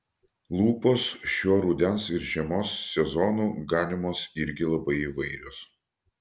lūpos šiuo rudens ir žiemos sezonu galimos irgi labai įvairios